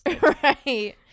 Right